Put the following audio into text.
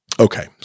Okay